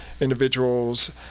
individuals